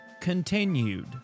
continued